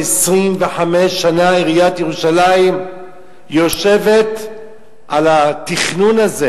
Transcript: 25 שנה עיריית ירושלים יושבת על התכנון הזה.